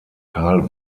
karl